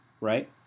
right